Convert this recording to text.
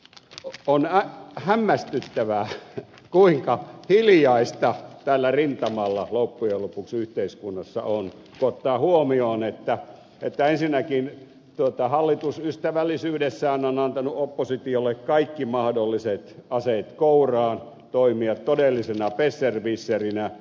on hämmästyttävää kuinka hiljaista tällä rintamalla loppujen lopuksi yhteiskunnassa on kun ottaa huomioon että ensinnäkin hallitus ystävällisyydessään on antanut oppositiolle kaikki mahdolliset aseet kouraan toimia todellisena besserwisserinä